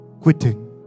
quitting